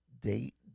date